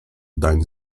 dan